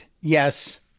yes